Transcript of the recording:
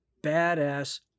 badass